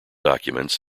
documents